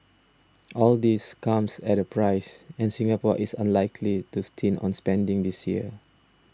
all this comes at a price and Singapore is unlikely to stint on spending this year